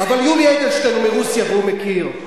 אבל יולי אדלשטיין הוא מרוסיה, והוא מכיר.